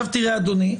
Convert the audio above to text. אדוני,